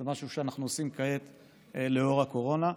זה משהו שאנחנו עושים כעת לאור הקורונה,